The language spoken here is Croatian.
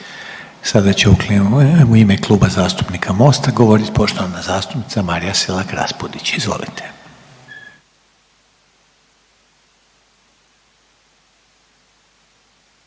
Sada će u ime Kluba zastupnika MOST-a govorit poštovana zastupnica Marija Selak Raspudić. Izvolite.